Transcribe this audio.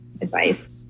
advice